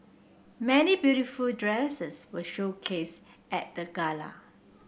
many beautiful dresses were showcased at the gala